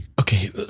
Okay